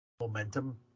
momentum